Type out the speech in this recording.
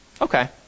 Okay